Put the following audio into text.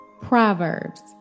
Proverbs